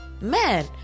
man